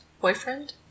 boyfriend